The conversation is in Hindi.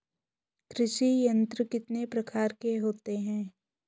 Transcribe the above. कृषि यंत्र कितने प्रकार के होते हैं?